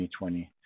2020